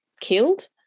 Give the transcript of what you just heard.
killed